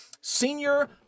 Senior